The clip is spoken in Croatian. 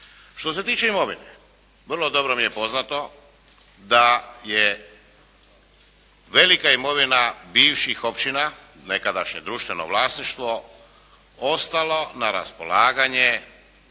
Što se tiče imovine, vrlo dobro mi je poznato da je velika imovina bivših općina, nekadašnje društveno vlasništvo ostalo na raspolaganje